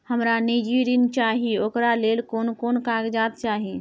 हमरा निजी ऋण चाही ओकरा ले कोन कोन कागजात चाही?